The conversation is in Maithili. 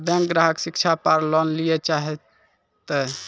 बैंक ग्राहक शिक्षा पार लोन लियेल चाहे ते?